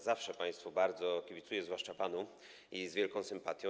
Zawsze państwu bardzo kibicuję, zwłaszcza panu, i z wielką sympatią.